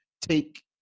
take